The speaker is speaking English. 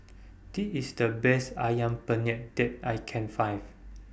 This IS The Best Ayam Penyet that I Can Find